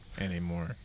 anymore